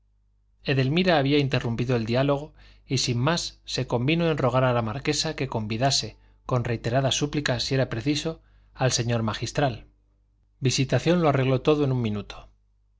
edelmira había interrumpido el diálogo y sin más se convino en rogar a la marquesa que convidase con reiteradas súplicas si era preciso al señor magistral visitación lo arregló todo en un minuto